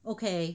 okay